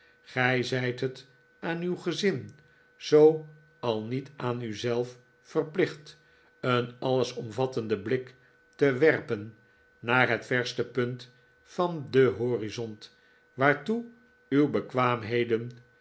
gij zijt het aan uw gezin zooal niet aan u zelf verplicht een alles omvattenden blik te werpen naar het verste punt van den horizont waartoe uw bekwaamheden